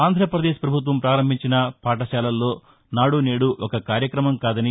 ఆంధ్రప్రదేశ్ పభుత్వం ప్రారంభించిన పాఠశాలల్లో నాడు నేదు ఒక కార్యక్రమం కాదని